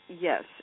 yes